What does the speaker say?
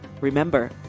Remember